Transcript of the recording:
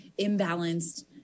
imbalanced